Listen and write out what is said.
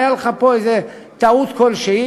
הייתה לך פה איזו טעות כלשהי,